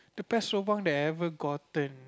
the best lobang that I've ever gotten